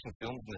films